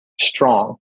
strong